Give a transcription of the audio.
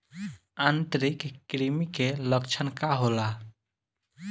आंतरिक कृमि के लक्षण का होला?